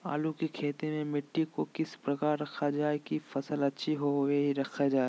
आलू की खेती में मिट्टी को किस प्रकार रखा रखा जाए की फसल अच्छी होई रखा जाए?